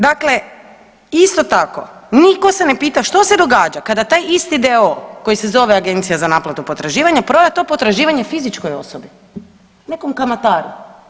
Dakle, isto tako niko se ne pita što se događa kada taj isti d.o.o. koji se zove agencija za naplatu potraživanja prodaje to potraživanje fizičkoj osobi, nekom kamataru.